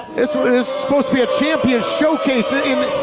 it's supposed to be champion showcase!